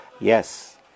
yes